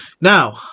now